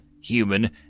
human